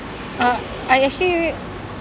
uh I actually